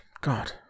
God